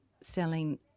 selling